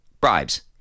Bribes